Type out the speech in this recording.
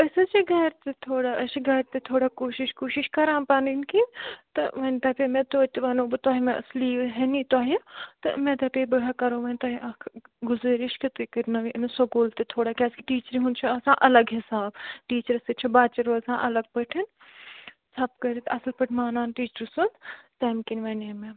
أسۍ حظ چھِ گَرِ تہِ تھوڑا أسۍ چھِ گَرِ تہِ تھوڑا کوٗشِش کوٗشِش کَران پنٕنۍ کِنۍ تہٕ وَنۍ دپیو مےٚ توتہِ ونو بہٕ تۄہہِ مےٚٲس لیٖو ہِنی تۄہہِ تہٕ مےٚ دَپاے بہٕ ہا کَرو وَنۍ تۄہہِ اکھ گُزٲرِش کہِ تُہۍ کٔرنٲیِو أمِس سُکوٗل تہِ تھوڑا کیٛازِ کہِ ٹیٖچرِ ہُنٛد چھُ آسان الگ حِساب ٹیٖچر سۭتۍ چھُ بچہٕ روزان الگ پٲٹھۍ ژھوٕ پہٕ کٔرِتھ اصٕل پٲٹھۍ مانان ٹیٖچرٕ سُنٛد تَمہِ کِنۍ وَناے مےٚ